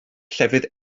llefydd